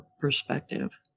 perspective